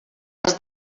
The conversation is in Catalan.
has